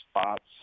spots